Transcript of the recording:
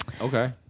Okay